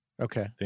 Okay